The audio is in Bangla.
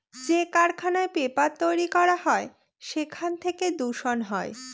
যে কারখানায় পেপার তৈরী করা হয় সেখান থেকে দূষণ হয়